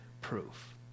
proof